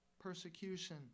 persecution